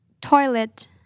Toilet